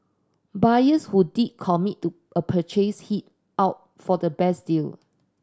buyers who did commit to a purchase held out for the best deal